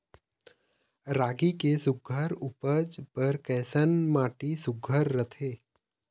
रागी के सुघ्घर उपज बर कैसन माटी सुघ्घर रथे?